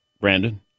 Brandon